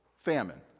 famine